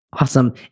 Awesome